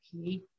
okay